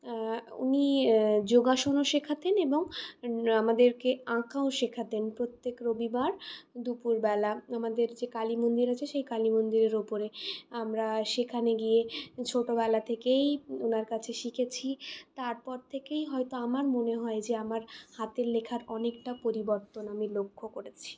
উনি যোগাসনও শেখাতেন এবং আমাদেরকে আঁকাও শেখাতেন প্রত্যেক রবিবার দুপুরবেলা আমাদের যে কালীমন্দির আছে সেই কালীমন্দিরের উপরে আমরা সেখানে গিয়ে ছোটোবেলা থেকেই ওঁর কাছে শিখেছি তারপর থেকেই হয়তো আমার মনে হয় যে আমার হাতের লেখার অনেকটা পরিবর্তন আমি লক্ষ্য করেছি